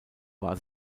war